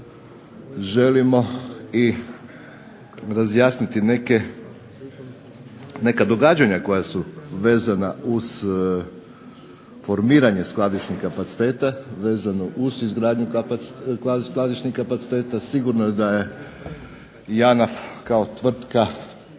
želimo i razjasniti neka događanja koja su vezana uz formiranje skladišnih kapaciteta, vezano uz izgradnju skladišnih kapaciteta, sigurno da je JANAF kao tvrtka